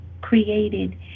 created